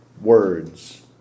words